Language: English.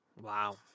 Wow